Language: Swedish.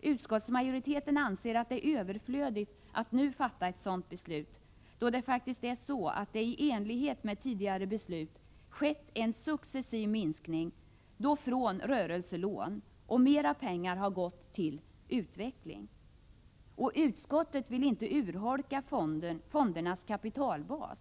Utskottsmajoriteten anser att det är överflödigt att nu fatta ett sådant beslut, då det i enlighet med tidigare beslut har skett en successiv minskning på rörelselån och mera pengar har gått och går till utveckling. Utskottet vill inte heller urholka fondernas kapitalbas.